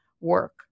work